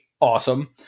awesome